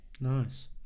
Nice